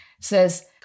says